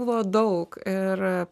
buvo daug ir